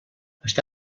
està